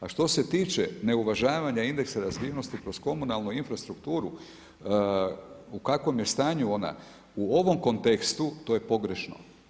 A što se tiče neuvažavanja indeksa razvijenosti kroz komunalnu infrastrukturu u kakvom je stanju ona, u ovom kontekstu to je pogrešno.